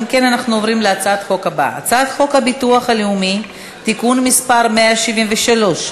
אנחנו עוברים להצעת החוק הבאה: הצעת חוק הביטוח הלאומי (תיקון מס' 173),